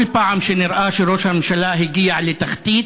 כל פעם שנראה שראש הממשלה הגיע לתחתית,